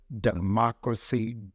democracy